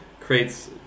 creates